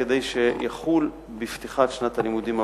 כדי שיחול בפתיחת שנת הלימודים הבאה,